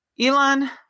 Elon